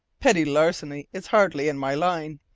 petty larceny is hardly in my line.